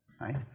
right